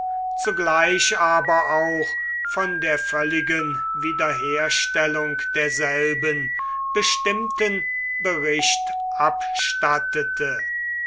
zugleich aber auch von der völligen wiederherstellung derselben bestimmten bericht abstattete